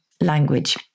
language